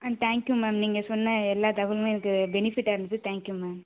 ஆ thank you ma'am நீங்கள் சொன்ன எல்லா தகவலுமே எனக்கு பெனிஃபிட்டாக இருந்தது தேங்க்யூ மேம்